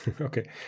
Okay